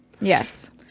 Yes